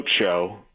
show